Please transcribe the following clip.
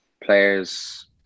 players